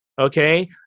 okay